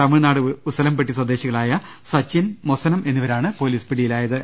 തമിഴ്നാട് ഉസലംപട്ടി സ്വദ്ദേശികളായ സച്ചിൻ മൊസനം എന്നിവരാണ് പൊലീസ് പിടിയിലായത്